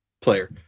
player